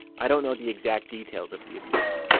i don't know the exact details of the abuse.